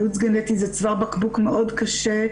ייעוץ גנטי זה צוואר בקבוק מאוד קשה,